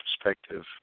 perspective